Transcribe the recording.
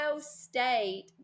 State